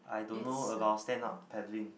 I don't know about stand up paddling